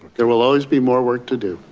there will always be more work to do.